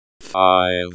five